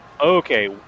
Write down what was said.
Okay